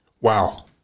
Wow